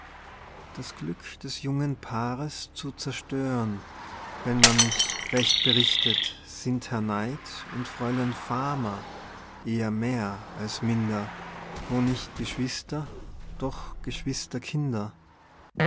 das glück des jungen paares zu zerstören wenn man mich recht berichtet sind herr neid und fräulein fama eher mehr als minder wo nicht geschwister doch geschwisterkinder